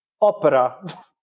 opera